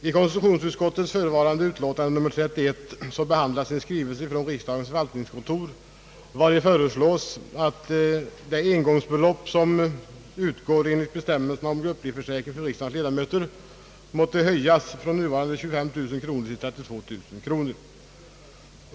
I konstitutionsutskottets förevarande utlåtande nr 31 behandlas en framställning från riksdagens förvaltningskontor, i vilken föreslås att det engångsbelopp som utgår enligt bestämmelserna om grupplivförsäkring för riksdagens ledamöter skall höjas från nuvarande 25 000 till 32 000 kronor.